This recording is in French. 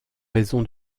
raison